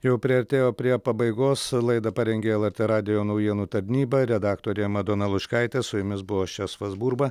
jau priartėjo prie pabaigos laidą parengė lrt radijo naujienų tarnyba redaktorė madona lučkaitė su jumis buvo česlovas burba